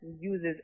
uses